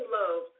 love